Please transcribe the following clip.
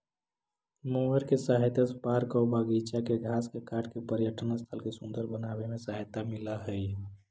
mower के सहायता से पार्क आऊ बागिचा के घास के काट के पर्यटन स्थल के सुन्दर बनावे में सहायता मिलऽ हई